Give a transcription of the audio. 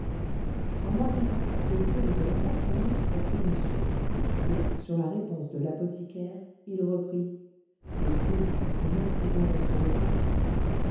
en arrivant le curé demanda comment se portait monsieur et sur la réponse de l'apothicaire il reprit le coup vous comprenez est encore trop récent